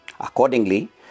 Accordingly